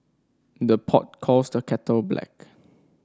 the pot calls the kettle black